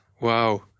Wow